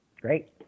Great